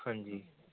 ਹਾਂਜੀ